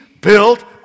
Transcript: built